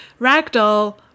Ragdoll